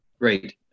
Great